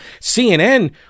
CNN